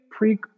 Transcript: Pre